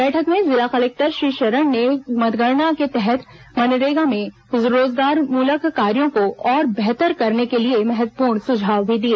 बैठक में जिला कलेक्टर श्री शरण ने मतगणना के तहत मनरेगा में रोजगारमूलक कार्यों को और बेहतर करने के लिए महत्वपूर्ण सुझाव भी दिए